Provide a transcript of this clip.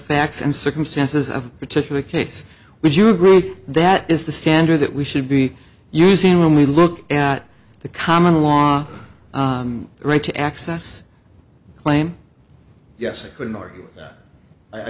facts and circumstances of a particular case would you agree that is the standard that we should be using when we look at the common law right to access claim yes i